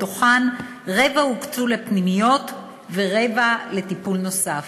מתוכן רבע הוקצו לפנימיות ורבע לטיפול נוסף.